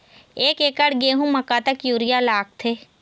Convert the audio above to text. एक एकड़ गेहूं म कतक यूरिया लागथे?